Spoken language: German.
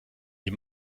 die